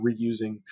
reusing